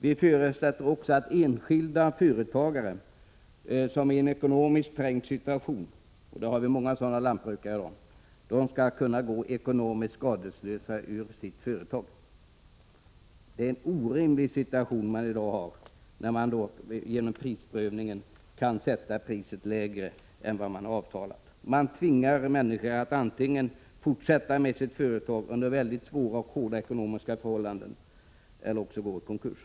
Vi förutsätter också att enskilda företagare som i en ekonomiskt trängd situation — vi har många sådana lantbrukare i dag — skall kunna gå ekonomiskt skadeslösa ur sitt företag. Jag tror att det är viktigt att man anlägger de aspekterna när det gäller jordbrukets situation i dag. Situationen är i dag orimlig. Genom prisprövningen kan priset sättas lägre än man har avtalat. Därigenom tvingas människor att antingen fortsätta med sitt företag under svåra ekonomiska förhållanden eller gå i konkurs.